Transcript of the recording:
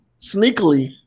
sneakily